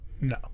no